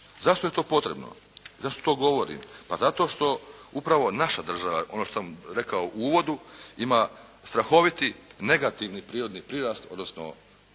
Zašto je to potrebno? Zašto to govorim? Pa zato što upravo naša država ima strahoviti negativni prirodni prirast odnosno